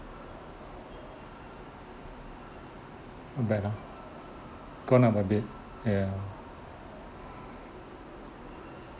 not bad ah gone up a bit ya